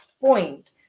point